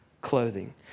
clothing